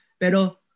Pero